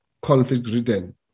conflict-ridden